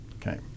Okay